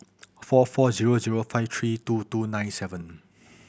four four zero zero five three two two nine seven